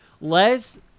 Les